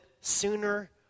sooner